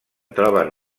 troben